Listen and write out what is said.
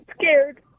scared